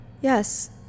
Yes